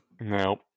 No